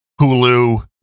hulu